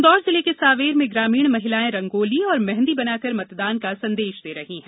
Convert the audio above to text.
इंदौर जिले के सांवेर में ग्रामीण महिलाएं रंगोली और मेंहदी बनाकर मतदान का संदेश दे रहीं है